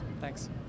thanks